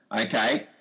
okay